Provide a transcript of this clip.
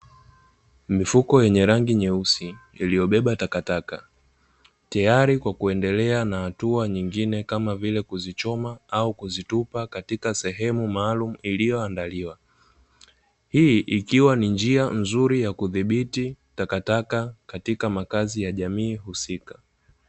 Mifuko yenye rangi nyeusi iliyobeba takataka, tayari kwa kuendelea na hatua nyingine kama vile kuzichoma au kuzitupa katika sehemu maalum iliyoandaliwa. Hii ikiwa ni njia nzuri ya kudhibiti takataka katika makazi ya jamii husika.